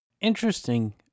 Interesting